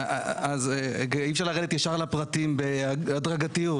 אי אפשר לרדת ישר לפרטים בהדרגתיות,